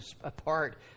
apart